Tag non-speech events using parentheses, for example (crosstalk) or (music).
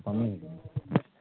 পামে (unintelligible)